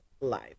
life